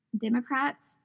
Democrats